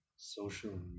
Social